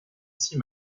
six